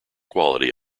quality